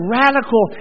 radical